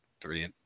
three